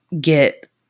get